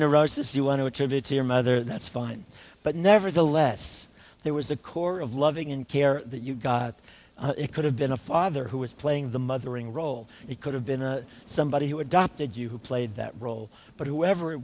neurosis you want to attribute to your mother that's fine but nevertheless there was a core of loving and care that you got it could have been a father who was playing the mothering role it could have been a somebody who adopted you who played that role but whoever it